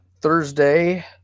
Thursday